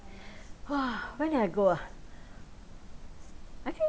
!wah! when did I go ah I think